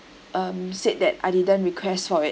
um said that I didn't request for it